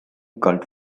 cult